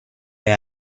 هایی